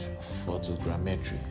photogrammetry